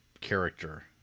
character